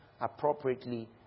appropriately